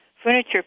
furniture